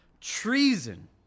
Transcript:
treason